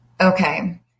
okay